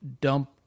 dump